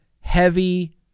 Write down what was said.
heavy